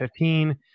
2015